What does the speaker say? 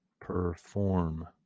perform